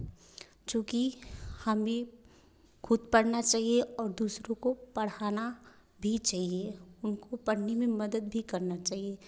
क्योंकि हम भी खुद पढ़ना चाहिए और दूसरों को पढ़ाना भी चाहिए उनको पढ़ने में मदद भी करना चाहिए